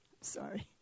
sorry